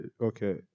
Okay